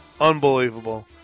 Unbelievable